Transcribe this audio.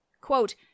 Quote